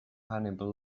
hannibal